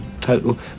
total